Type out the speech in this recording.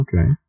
Okay